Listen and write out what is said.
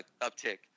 uptick